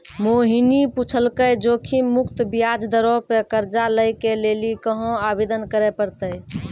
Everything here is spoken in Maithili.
मोहिनी पुछलकै जोखिम मुक्त ब्याज दरो पे कर्जा लै के लेली कहाँ आवेदन करे पड़तै?